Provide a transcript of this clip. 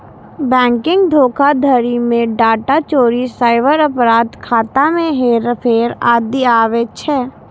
banking धोखाधड़ी मे data चोरी, साइबर अपराध, खाता मे हेरफेर आदि आबै छै